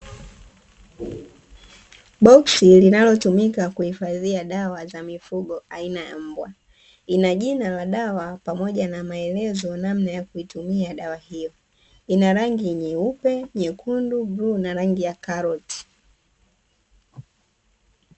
Boksi linalotumika kuhifadhia dawa za mifugo aina ya mbwa. Ina jina la dawa pamoja na maelezo namna ya kuitumia dawa hiyo. Ina rangi nyeupe, nyekundu, bluu na rangi ya karoti.